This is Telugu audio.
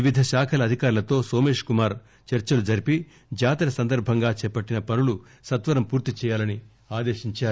వివిధ శాఖల అధికారులతో సోమేష్ కుమార్ చర్సలు జరిపి జాతర సందర్భంగా చేపట్టిన పనులు సత్వరం పూర్తిచేయాలని ఆదేశించారు